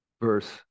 verse